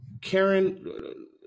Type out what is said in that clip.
Karen